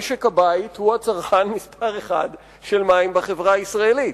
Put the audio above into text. משק הבית הוא הצרכן מספר אחת של מים בחברה הישראלית.